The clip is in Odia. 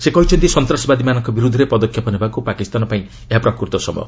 ସେ କହିଛନ୍ତି ସନ୍ତାସବାଦୀମାନଙ୍କ ବିରୁଦ୍ଧରେ ପଦକ୍ଷେପ ନେବାକୁ ପାକିସ୍ତାନ ପାଇଁ ଏହା ପ୍ରକୃତ ସମୟ